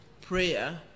prayer